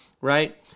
right